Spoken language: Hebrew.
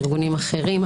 ארגונים אחרים.